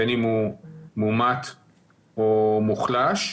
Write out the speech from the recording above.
בין אם הוא מומת או מוחלש,